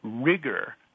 Rigor